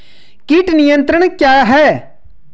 कीट नियंत्रण क्या है?